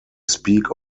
speak